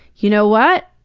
you know what?